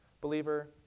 Believer